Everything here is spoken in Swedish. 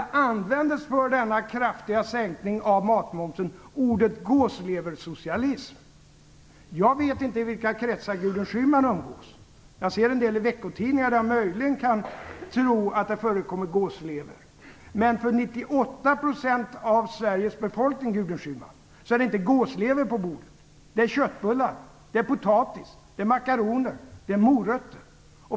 Ni använde för denna kraftiga sänkning av matmomsen ordet gåsleversocialism. Jag vet inte i vilka kretsar Gudrun Schyman umgås, men jag ser en del i veckotidningarna där jag möjligen kan tro att det förekommer gåslever. Men, Gudrun Schyman, för 98 % av Sveriges befolkning är det inte gåslever på bordet. Det är köttbullar, det är potatis, det är makaroner, det är morötter.